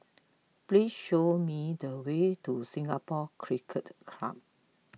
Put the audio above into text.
please show me the way to Singapore Cricket Club